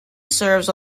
serves